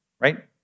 right